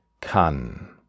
kann